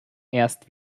erst